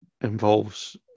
involves